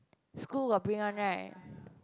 school got bring one right